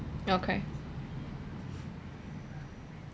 okay